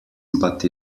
but